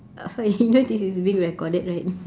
uh you know this is being recorded right